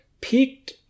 peaked